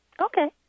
Okay